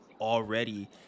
already